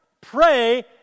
pray